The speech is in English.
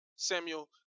Samuel